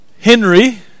Henry